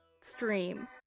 stream